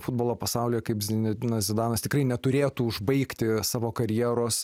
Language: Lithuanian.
futbolo pasaulyje kaip zinedinas zidanas tikrai neturėtų užbaigti savo karjeros